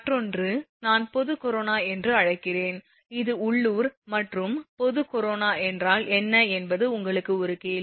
மற்றொன்று நான் பொது கொரானா என்று அழைக்கிறேன் இது உள்ளூர் மற்றும் பொது கொரோனா என்றால் என்ன என்பது உங்களுக்கு ஒரு கேள்வி